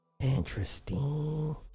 Interesting